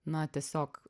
na tiesiog